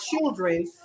children